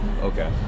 okay